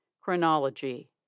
Chronology